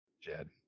Jed